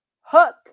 hook